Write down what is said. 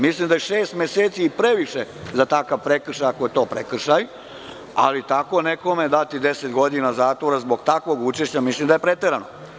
Mislim da je šest meseci i previše za takav prekršaj, ako je to prekršaj, ali tako nekome dati 10 godina zatvora zbog takvog učešća mislim da je preterano.